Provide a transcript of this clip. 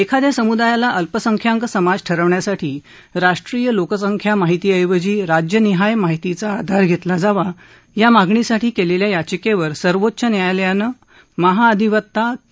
एखाद्या समुदायाला अल्पसंख्यांक समाज ठरवण्यासाठी राष्ट्रीय लोकसंख्या माहिती ऐवजी राज्यनिहाय माहितीचा आधार घेतला जावा या मागणीसाठी केलेल्या याचिकेवर सर्वोच्च न्यायालयानं महाधिवत्ता के